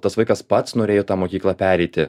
tas vaikas pats norėjo į tą mokyklą pereiti